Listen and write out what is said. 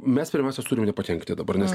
mes pirmiausia turim nepakenkti dabar nes